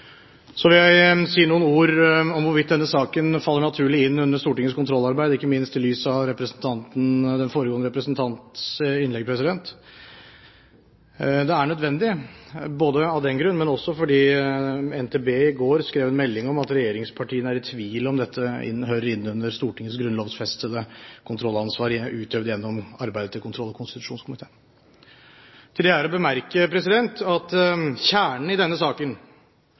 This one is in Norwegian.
Så vil jeg si noen ord om hvorvidt denne saken faller naturlig inn under Stortingets kontrollarbeid – ikke minst i lys av den foregående representantens innlegg. Det er nødvendig både av den grunn og fordi NTB i går skrev en melding om at regjeringspartiene er i tvil om dette hører inn under Stortingets grunnlovfestede kontrollansvar, utøvd gjennom arbeidet til kontroll- og konstitusjonskomiteen. Til det er å bemerke at kjernen i denne saken